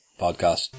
podcast